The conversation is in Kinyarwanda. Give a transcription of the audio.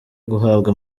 guhabwa